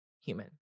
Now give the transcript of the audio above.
human